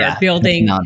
building